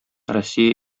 россия